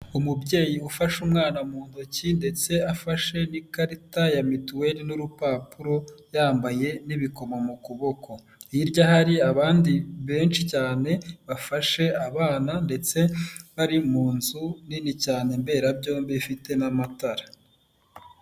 Umubyeyi ufashe umwana mu ntoki ndetse afashe n'ikarita ya mituweli n'urupapuro yambaye n'ibikomo mu kuboko, hirya hari abandi benshi cyane bafashe abana ndetse bari mu nzu nini cyane mberabyombi ifite n'amatara.